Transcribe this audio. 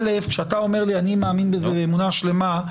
א' כשאתה אומר לי אני מאמין בזה באמונה שלמה,